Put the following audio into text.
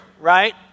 right